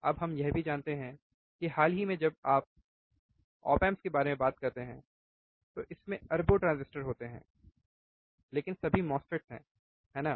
अब हम यह भी जानते हैं कि हाल ही में जब हम ऑप एम्प के बारे में बात करते हैं तो इसमें अरबों ट्रांजिस्टर होते हैं लेकिन सभी MOSFETs हैं है ना